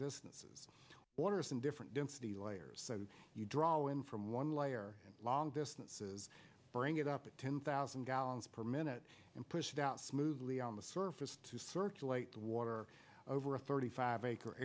distances waters in different density layers so you draw in from one layer long distances bring it up to ten thousand gallons per minute and pushed out smoothly on the surface to circulate water over a thirty five acre